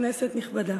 כנסת נכבדה,